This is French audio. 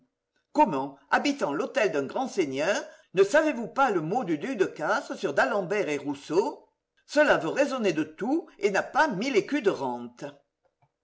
comment habitant l'hôtel d'un grand seigneur ne savez-vous pas le mot du duc de castries sur d'alembert et rousseau cela veut raisonner de tout et n'a pas mille écus de rente